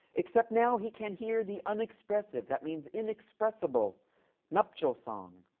except now he can hear the unexpressive that means inexpressible nuptial song.